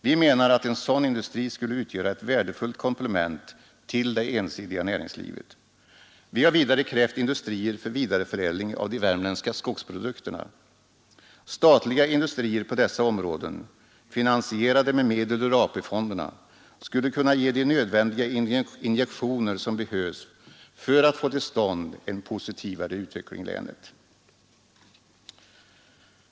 Vi menar att en sådan industri skulle utgöra ett värdefullt komplement till det ensidiga näringslivet där. Vi har vidare krävt industrier för vidareförädling av de värmländska skogsprodukterna. Statliga industrier på dessa områden, finansierade med medel ur AP-fonderna, skulle kunna ge de injektioner som behövs för att få till stånd en positivare utveckling i länet.